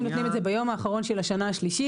-- גם אם נותנים את זה ביום האחרון של השנה השלישית,